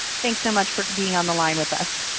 thanks so much for being on the line with us.